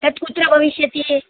तत् कुत्र भविष्यति